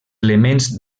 elements